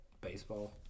baseball